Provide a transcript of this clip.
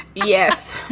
yes.